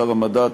שר המדע,